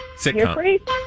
Sitcom